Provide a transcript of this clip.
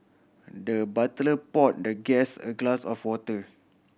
the butler poured the guest a glass of water